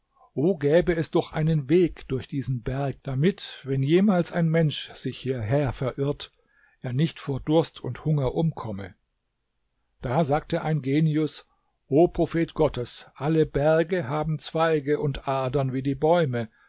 o gäbe es doch einen weg durch diesen berg damit wenn jemals ein mensch sich hierher verirrt er nicht vor durst und hunger umkomme da sagte ein genius o prophet gottes alle berge haben zweige und adern wie die bäume